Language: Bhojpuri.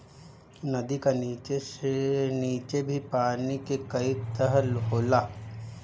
नदी का नीचे भी पानी के कई तह होला